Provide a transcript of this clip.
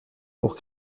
pour